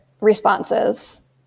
responses